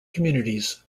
communities